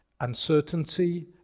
uncertainty